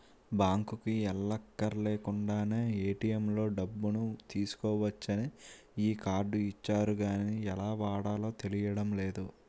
బాంకుకి ఎల్లక్కర్లేకుండానే ఏ.టి.ఎం లో డబ్బులు తీసుకోవచ్చని ఈ కార్డు ఇచ్చారు గానీ ఎలా వాడాలో తెలియడం లేదు